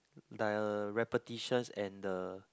the repetition and the